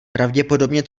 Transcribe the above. pravděpodobně